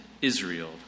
Israel